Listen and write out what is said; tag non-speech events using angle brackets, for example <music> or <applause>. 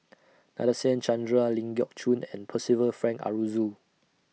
<noise> Nadasen Chandra Ling Geok Choon and Percival Frank Aroozoo